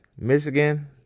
Michigan